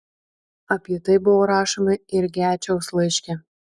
apie tai buvo rašoma ir gečiaus laiške